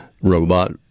robot